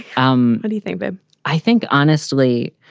um anything. but i think honestly,